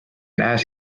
nähes